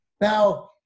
now